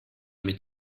mit